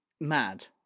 mad